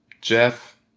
Jeff